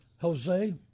Jose